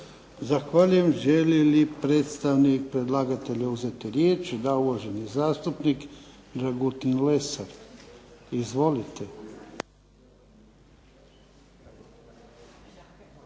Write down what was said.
Zahvaljujem. Želi li predstavnik predlagatelja uzeti riječ? Da. Uvaženi zastupnik Dragutin Lesar. Izvolite.